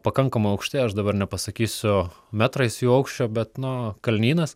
pakankamai aukšti aš dabar nepasakysiu metrais jų aukščio bet nu kalnynas